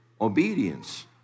obedience